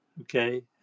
okay